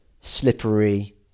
slippery